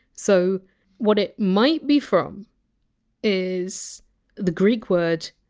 so what it might be from is the greek word!